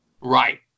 Right